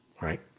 Right